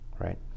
Right